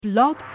Blog